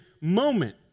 moment